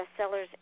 bestsellers